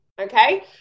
okay